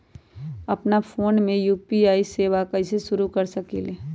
अपना फ़ोन मे यू.पी.आई सेवा कईसे शुरू कर सकीले?